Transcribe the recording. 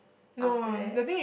after that